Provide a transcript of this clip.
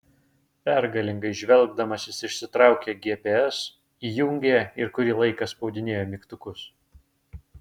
pergalingai žvelgdamas jis išsitraukė gps įjungė ir kurį laiką spaudinėjo mygtukus